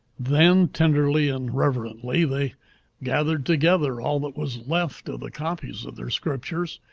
then, tenderly and reverently, they gathered together all that was left of the copies of their scriptures,